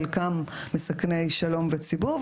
חלקם מסכני שלום וציבור,